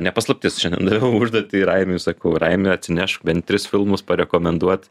ne paslaptis šiandien daviau užduotį raimiui sakau raimi atsinešk bent tris filmus parekomenduot